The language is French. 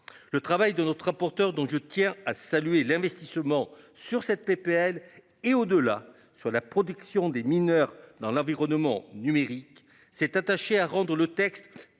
Le travail de notre rapporteure donc je tiens à saluer l'investissement sur cette PPL et au-delà sur la protection des mineurs dans l'environnement numérique, s'est attachée à rendre le texte